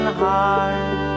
heart